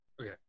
Okay